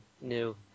new